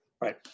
Right